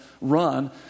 run